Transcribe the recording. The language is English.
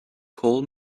call